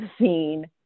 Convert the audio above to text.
seen